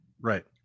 right